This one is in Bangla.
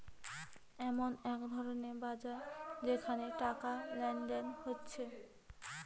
এমন এক ধরণের বাজার যেখানে টাকা লেনদেন হতিছে